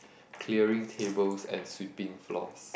clearing tables and sweeping floors